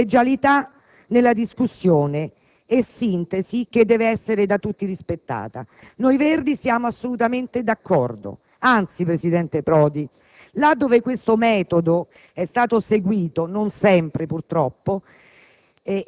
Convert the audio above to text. collegialità nella discussione e sintesi che deve essere da tutti rispettata. Noi Verdi siamo assolutamente d'accordo, anzi, presidente Prodi, la dove questo metodo è stato seguito, non sempre purtroppo